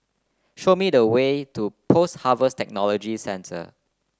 show me the way to Post Harvest Technology Centre